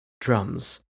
drums